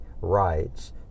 rights